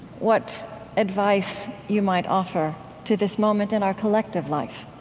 what advice you might offer to this moment in our collective life?